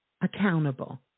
accountable